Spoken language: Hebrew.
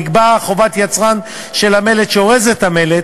נקבעה חובת יצרן המלט שאורז את המלט,